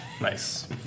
Nice